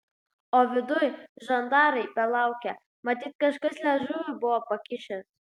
o viduj žandarai belaukią matyt kažkas liežuvį buvo pakišęs